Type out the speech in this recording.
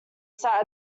sat